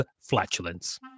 flatulence